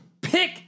Pick